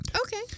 Okay